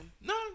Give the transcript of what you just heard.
no